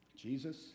Jesus